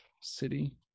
city